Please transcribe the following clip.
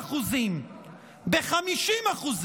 ב-5% ב-50%.